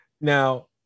Now